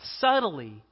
subtly